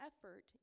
effort